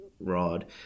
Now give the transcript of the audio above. Rod